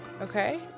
Okay